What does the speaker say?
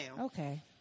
okay